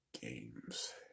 games